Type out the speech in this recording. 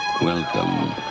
Welcome